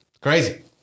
Crazy